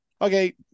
Okay